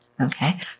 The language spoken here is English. okay